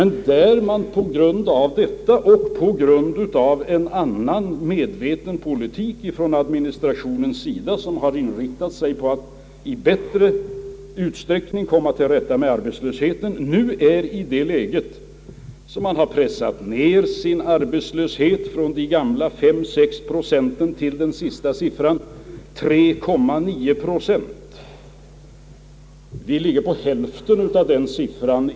På grund härav och på grund av en mera medveten politik i syfte att komma till rätta med arbetslösheten har administrationen nu pressat ner arbetslöshetssiffran från 5 å 6 procent till 3,9 enligt den senaste uppgiften.